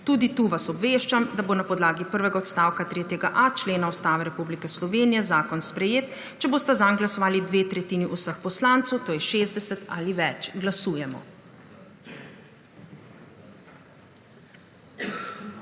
Tudi tu vas obveščam, da bo na podlagi 1. odstavka 3.a člena Ustave Republike Slovenije zakon sprejet, če bosta zanj glasovali dve tretjini vseh poslancev, to je 60 ali več. Glasujemo.